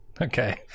Okay